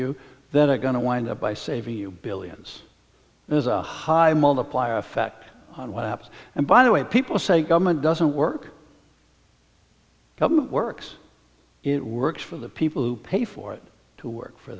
you that are going to wind up by saving you billions there's a high a multiplier effect on what happens and by the way people say government doesn't work government works it works for the people who pay for it to work for